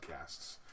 podcasts